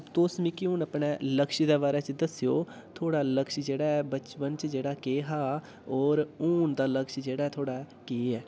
तुस मिगी हुन अपने लक्ष दे बारै च दस्सेओ थुहाड़ा लक्ष जेह्ड़ा ऐ बचपन च जेह्ड़ा केह् हा और हुन दा लक्ष जेह्ड़ा ऐ थुहाड़ा केह् ऐ